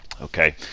okay